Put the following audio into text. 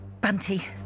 Bunty